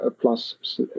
plus